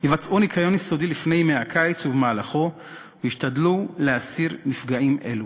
יבצעו ניקיון יסודי לפני ימי הקיץ ובמהלכם וישתדלו להסיר מפגעים אלו.